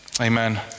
Amen